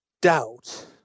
doubt